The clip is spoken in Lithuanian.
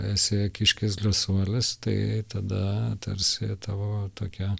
esi kiškis drąsuolis tai tada tarsi tavo tokia